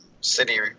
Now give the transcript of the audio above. City